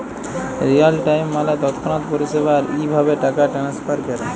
Real time মালে তৎক্ষণাৎ পরিষেবা, আর ইভাবে টাকা টেনেসফার ক্যরে